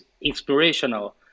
inspirational